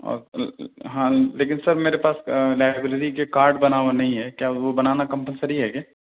اور ہاں لیکن سر میرے پاس لائبریری کے کارڈ بنا ہوا نہیں ہے کیا وہ بنانا کمپلسری ہے کیا